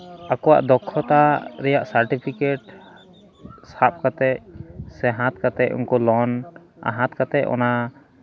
ᱟᱠᱚᱣᱟᱜ ᱫᱚᱠᱠᱷᱚᱛᱟ ᱨᱮᱭᱟᱜ ᱥᱟᱨᱴᱤᱯᱷᱤᱠᱮᱴ ᱥᱟᱵ ᱠᱟᱛᱮᱫ ᱥᱮ ᱦᱟᱛᱟᱣ ᱠᱟᱛᱮᱫ ᱩᱱᱠᱩ ᱞᱳᱱ ᱦᱟᱛᱟᱣ ᱠᱟᱛᱮᱫ ᱚᱱᱟ